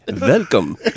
welcome